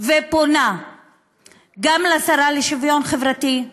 ופונה גם לשרה לשוויון חברתי,